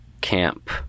camp